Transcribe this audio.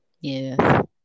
Yes